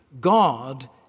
God